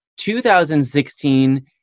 2016